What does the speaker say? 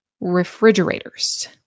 refrigerators